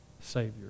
Savior